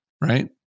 right